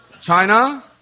China